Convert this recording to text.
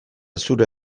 zure